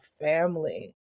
family